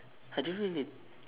I don't really